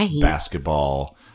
basketball